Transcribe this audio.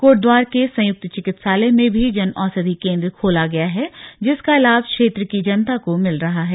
कोटद्वार के सयुंक्त चिकित्सालय में भी जन औषधि केन्द्र खोला गया है जिसका लाभ क्षेत्र की जनता को मिल रहा है